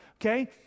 Okay